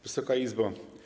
Wysoka Izbo!